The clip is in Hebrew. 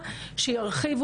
או לפני שבועיים,